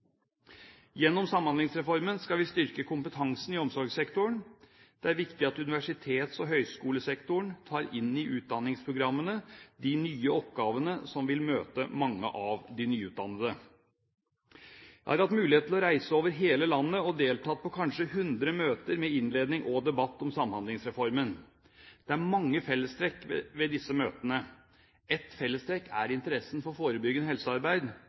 Gjennom Samhandlingsreformen skal vi styrke kompetansen i omsorgssektoren. Det er viktig at universitets- og høyskolesektoren tar inn i utdanningsprogrammene de nye oppgavene som vil møte mange av de nyutdannede. Jeg har hatt mulighet til å reise over hele landet og har deltatt på kanskje hundre møter med innledning og debatt om Samhandlingsreformen. Det er mange fellestrekk ved disse møtene. Ett fellestrekk er interessen for forebyggende helsearbeid.